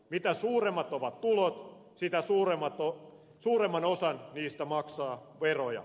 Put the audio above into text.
mitä suuremmat ovat tulot sitä suuremman osan niistä maksaa veroja